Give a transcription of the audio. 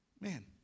man